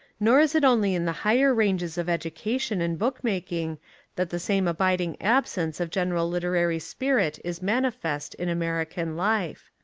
nor is it only in the higher ranges of educa tion and book-making that the same abiding ab sence of general literary spirit is manifest in american life.